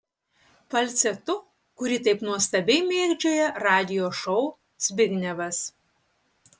falcetu kurį taip nuostabiai mėgdžioja radijo šou zbignevas